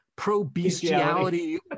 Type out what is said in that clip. pro-bestiality